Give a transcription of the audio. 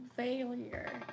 failure